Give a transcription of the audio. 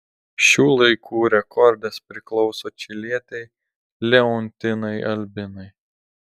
šių laikų rekordas priklauso čilietei leontinai albinai